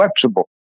flexible